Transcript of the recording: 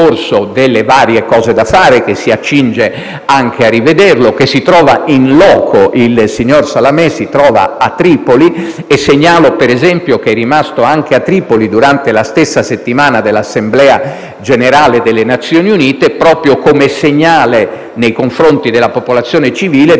delle varie cose da fare che si accinge anche a rivedere. Il signor Salamé si trova a Tripoli e segnalo che vi è rimasto anche durante la settimana dell'Assemblea generale delle Nazioni Unite, proprio come segnale nei confronti della popolazione civile